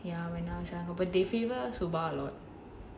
ya when I was but they favour shoba a lot